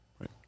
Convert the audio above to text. Right